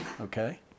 Okay